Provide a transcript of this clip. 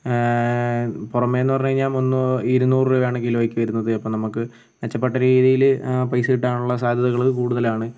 പുറമെ എന്ന് പറഞ്ഞാൽ മുന്ന് ഇരുന്നൂറ് രൂപയാണ് കിലോയ്ക്ക് വരുന്നത് അപ്പം നമുക്ക് മെച്ചപ്പെട്ട രീതിയിൽ പൈസ കിട്ടാനുള്ള സാധ്യതകൾ കൂടുതലാണ്